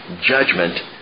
judgment